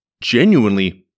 genuinely